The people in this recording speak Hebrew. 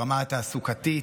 ברמה התעסוקתית,